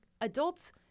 adults